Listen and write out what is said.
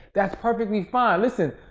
that's perfectly fine. listen,